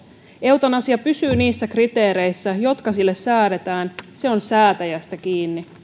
eutanasia pysyy niissä kriteereissä jotka sille säädetään se on säätäjästä kiinni